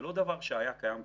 זה לא היה קיים קודם.